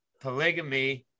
polygamy